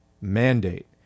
mandate